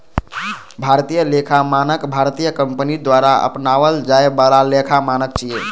भारतीय लेखा मानक भारतीय कंपनी द्वारा अपनाओल जाए बला लेखा मानक छियै